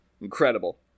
Incredible